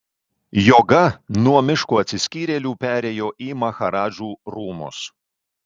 joga nuo miško atsiskyrėlių perėjo į maharadžų rūmus